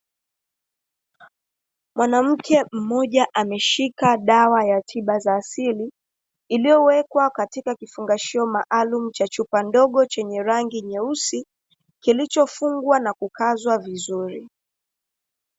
Mwanamke mmoja ameshika dawa ya tiba za asili, iliyowekwa katika kifungashio maalumu cha chupa ndogo chenye rangi nyeusi, kilichofungwa na kukazwa vizuri.